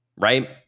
right